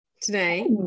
today